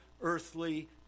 Earthly